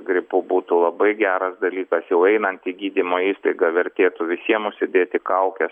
gripu būtų labai geras dalykas jau einant į gydymo įstaigą vertėtų visiem užsidėti kaukes